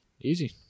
Easy